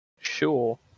Sure